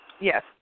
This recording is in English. Yes